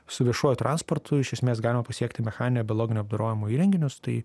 su viešuoju transportu iš esmės galima pasiekti mechaninio biologinio apdorojimo įrenginius tai